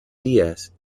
días